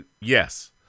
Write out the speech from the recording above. Yes